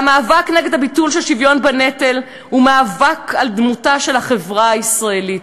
המאבק נגד הביטול של שוויון בנטל הוא מאבק על דמותה של החברה הישראלית.